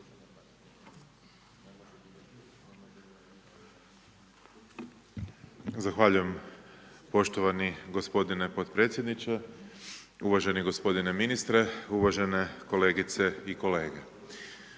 Zahvaljujem poštovani gospodine potpredsjedniče. Uvaženi gospodine ministre, kolegice i kolege.